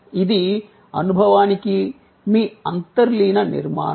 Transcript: ఇది అనుభవానికి మీ అంతర్లీన నిర్మాణం